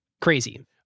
Crazy